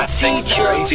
teacher